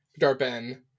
Darben